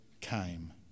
came